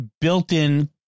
built-in